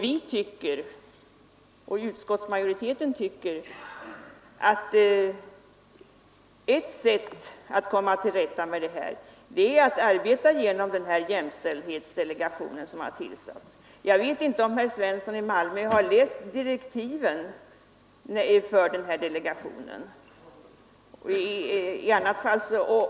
Vi i utskottsmajoriteten tycker att ett sätt att komma till rätta med problemen är att arbeta genom den jämställdhetsdelegation som har tillsatts. Jag vet inte om herr Svensson i Malmö har läst direktiven till delegationen.